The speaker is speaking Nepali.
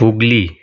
हुगली